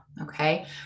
okay